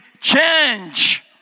change